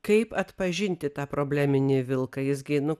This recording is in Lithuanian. kaip atpažinti tą probleminį vilką jis gi nu